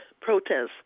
protests